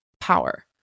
power